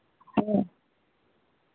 ᱦᱮᱸ